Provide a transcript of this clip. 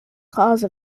cause